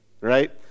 Right